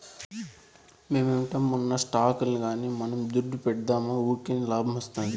momentum ఉన్న స్టాకుల్ల గానీ మనం దుడ్డు పెడ్తిమా వూకినే లాబ్మొస్తాది